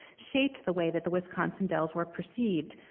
shaped the way that the wisconsin dells were perceived,